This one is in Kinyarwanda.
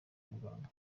muganga